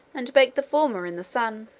and bake the former in the sun.